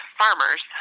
farmers